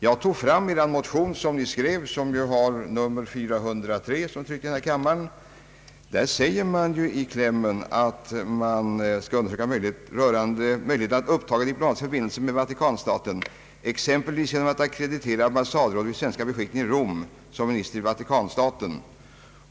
Jag har tagit fram motionen, som har nr 403 i denna kammare. Där framställs i klämmen önskemål om en »undersökning snarast möjligt rörande möjligheten av att upptaga diplomatiska förbindelser med Vatikanstaten exempelvis genom att ackreditera ambassadrådet vid beskickningen i Rom som minister i Vatikanstaten».